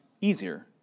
easier